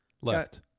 Left